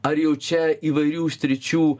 ar jau čia įvairių sričių